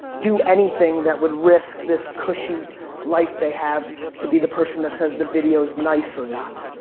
do anything that would risk this cushy life they have to be the person that says the video is nice or not.